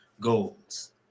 goals